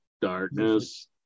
Darkness